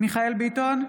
מיכאל מרדכי ביטון,